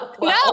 No